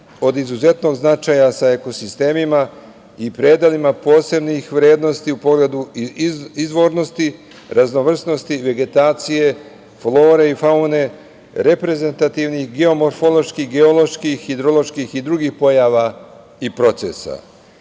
od izuzetnog značaja, sa ekosistemima i predelima posebnih vrednosti u pogledu izvornosti i raznovrsnosti vegetacije, flore i faune, reprezentativnih, geomorfoloških, geoloških, hidroloških i drugih pojava i